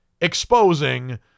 exposing